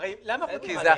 הרי למה פוטרים?